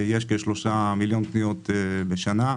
יש כשלושה מיליון פניות בשנה.